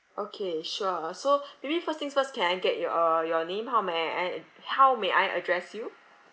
okay sure so maybe first things first can I get your uh your name how may I a~ how may I address you